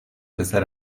پسر